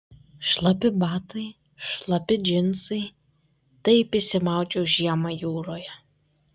šlapi batai šlapi džinsai taip išsimaudžiau žiemą jūroje